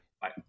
Bye